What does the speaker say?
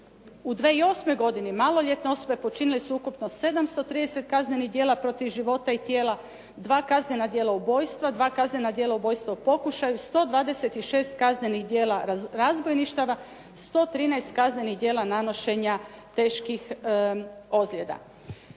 U 2008. godini maloljetne osobe počinile su ukupno 730 kaznenih djela protiv života i tijela. 2 kaznena djela ubojstva, 2 kaznena djela ubojstva u pokušaju, 126 kaznenih djela razbojništava, 113 kaznenih djela nanošenja teških ozljeda.